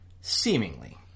seemingly